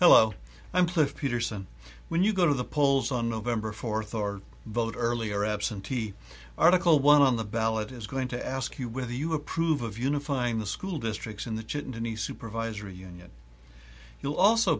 hello i'm cliff peterson when you go to the polls on november fourth or vote early or absentee article one on the ballot is going to ask you whether you approve of unifying the school districts in the chit in the supervisory union you'll also